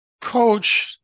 coach